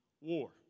War